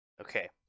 okay